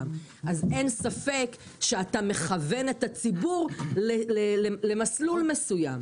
אז אין ספק שאתה מכוון את הציבור למסלול מסוים.